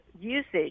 usage